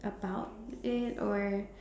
about it or